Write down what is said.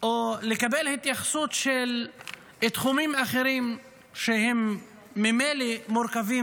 או לקבל התייחסות של תחומים אחרים שהם ממילא מורכבים